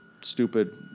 stupid